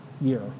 year